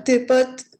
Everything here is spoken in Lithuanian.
taip pat